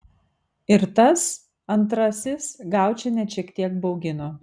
ir tas antrasis gaučį net šiek tiek baugino